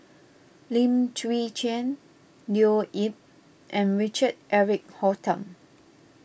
Lim Chwee Chian Leo Yip and Richard Eric Holttum